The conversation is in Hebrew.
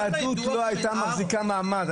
היהדות לא הייתה מחזיקה מעמד,